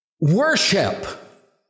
Worship